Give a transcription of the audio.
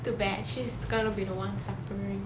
too bad she's gonna be the one suffering